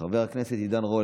חבר הכנסת עידן רול,